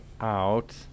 out